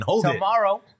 tomorrow